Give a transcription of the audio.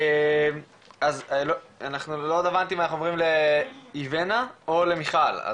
אנחנו עוברם לאיבנה או למיכל?